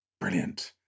Brilliant